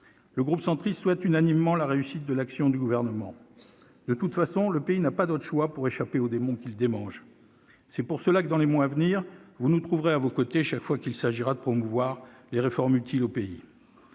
Le groupe Union Centriste souhaite unanimement la réussite de l'action du Gouvernement. De toute façon, le pays n'a pas d'autre choix pour échapper aux démons qui le hantent. C'est pour cela que, dans les mois à venir, monsieur le Premier ministre, vous nous trouverez à vos côtés chaque fois qu'il s'agira de promouvoir les réformes utiles au pays,